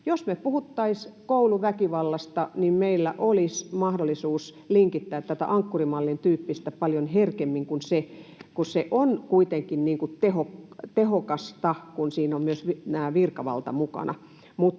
Jos me puhuttaisiin kouluväkivallasta, niin meillä olisi mahdollisuus linkittää tätä Ankkuri-mallin tyyppistä paljon herkemmin, kun se on kuitenkin tehokasta, kun siinä on myös virkavalta mukana.